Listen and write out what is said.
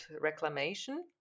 reclamation